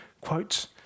quote